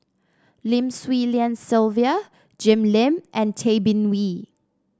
Lim Swee Lian Sylvia Jim Lim and Tay Bin Wee